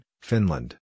Finland